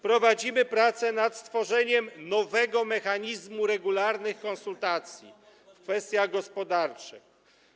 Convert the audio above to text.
Prowadzimy prace nad stworzeniem nowego mechanizmu regularnych konsultacji w kwestiach gospodarczych.